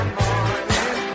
morning